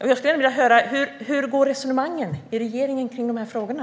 Jag skulle gärna vilja höra hur resonemangen i regeringen går kring de här frågorna.